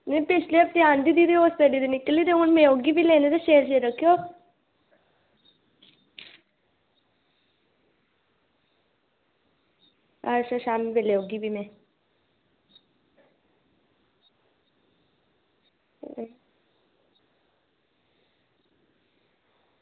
में पिछले हफ्ते आंह्दी ते ओह् सड़ी दी निकली ते हून में औगी बी ते शैल शैल रक्खेओ अच्छा शामीं बेल्लै औगी में